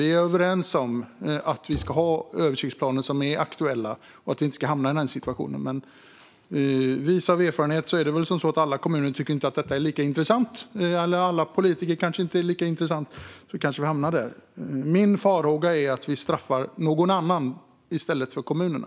Vi är överens om att det ska finnas aktuella översiktsplaner och att man inte ska hamna i den situationen. Men jag vet av erfarenhet att inte alla kommunpolitiker tycker att det är lika intressant, och då kanske man hamnar där. Min farhåga är att vi straffar någon annan i stället för kommunerna.